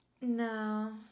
No